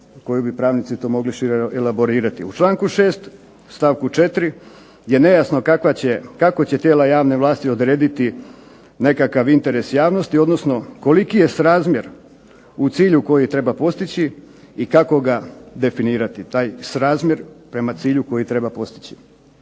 U članku 6. stavku 4. je nejasno kako će tijela javne vlasti odrediti nekakav interes javnosti odnosno koliki je srazmjer u cilju koji treba postići i kako ga definirati, taj srazmjer prema cilju koji treba postići.